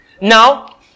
Now